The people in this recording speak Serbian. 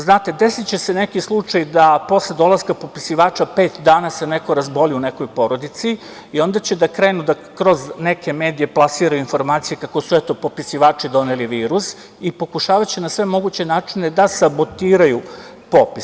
Znate, desiće se neki slučaj da posle dolaska popisivača pet dana se neko razboli u nekoj porodici, i onda će da krenu da kroz neke medije plasiraju informacije kako su popisivači doneli virus i pokušavajući na sve moguće načine da sabotiraju popis.